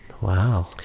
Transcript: Wow